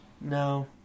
No